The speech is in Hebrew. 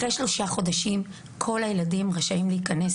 אחרי שלושה חודשים כל הילדים רשאים להיכנס